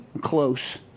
close